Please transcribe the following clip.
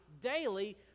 daily